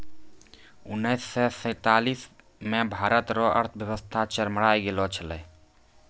उनैस से सैंतालीस मे भारत रो अर्थव्यवस्था चरमरै गेलो छेलै